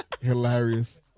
hilarious